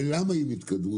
ולמה הם התקדמו?